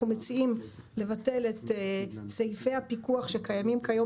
אנחנו מציעים לבטל את סעיפי הפיקוח שקיימים כיום